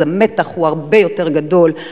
המתח הוא הרבה יותר גדול,